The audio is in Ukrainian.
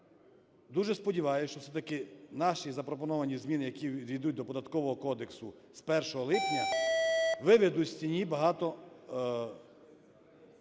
дуже сподіваюсь, що все-такі наші запропоновані зміни, які ввійдуть до Податкового кодексу з 1 липня, виведуть з тіні багато,